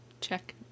Check